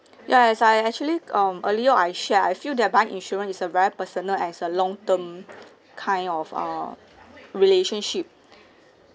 ya as I had actually um earlier I shared I feel that buying insurance is a very personal and is a long term kind of uh relationship